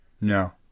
No